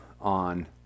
on